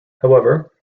however